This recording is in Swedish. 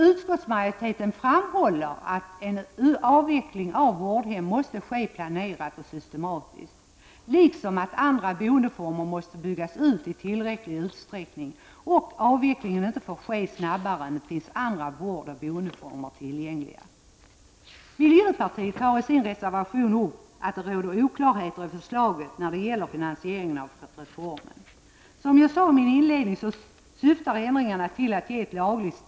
Utskottsmajoriteten framhåller att en avveckling av vårdhem måste ske planerat och systematiskt liksom att andra boendeformer måste byggas ut i ' tillräcklig utsträckning. Avvecklingen får inte ske snabbare än att det finns andra vårdoch boendeformer tillgängliga. Miljöpartiet tar i sin reservation upp att det råder oklarhet i förslaget när det gäller finansieringen av reformen. Som jag sade i inledningen av mitt anförande så syftar ändringarna till att ge ett lagligt stöd till de ekonomiska = Prot.